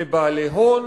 לבעלי הון,